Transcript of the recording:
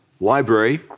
library